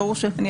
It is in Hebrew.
אני כן